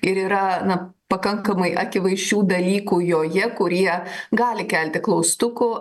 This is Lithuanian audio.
ir yra na pakankamai akivaizdžių dalykų joje kurie gali kelti klaustukų